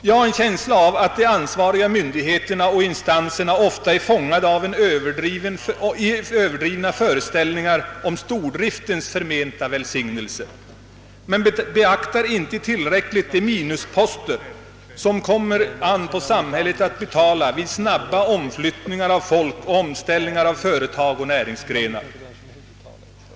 Jag har en känsla av att de ansvariga instanserna ofta är fångade i överdrivna föreställningar om stordriftens förmenta välsignelser. Man beaktar inte tillräckligt de minusposter som det kommer an på samhället att svara för vid snabba omflyttningar av folk och omställningar av företag och näringsgrenar.